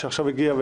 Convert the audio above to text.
שעכשיו הגיע,